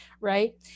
right